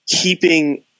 keeping